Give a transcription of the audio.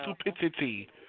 stupidity